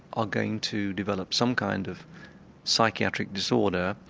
are going to develop some kind of psychiatric disorder,